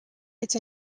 its